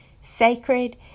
sacred